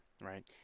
right